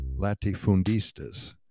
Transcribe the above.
latifundistas